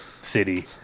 city